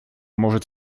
может